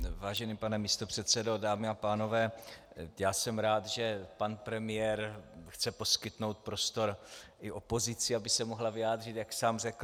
Vážený pane místopředsedo, dámy a pánové, já jsem rád, že pan premiér chce poskytnout prostor i opozici, aby se mohla vyjádřit, jak sám řekl.